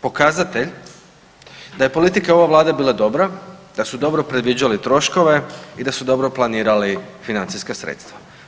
pokazatelj da je politika ove Vlade bila dobra, da su dobro predviđali troškove i da su dobro planirali financijska sredstva?